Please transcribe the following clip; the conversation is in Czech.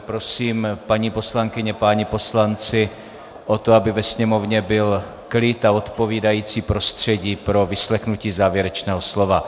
Prosím paní poslankyně a pány poslance o to, aby ve sněmovně byl klid a odpovídající prostředí pro vyslechnutí závěrečného slova.